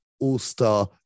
all-star